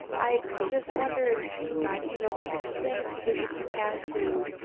i just wonder if you you know what you think, if you had to